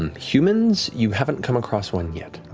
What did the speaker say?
and humans, you haven't come across one yet.